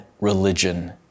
religion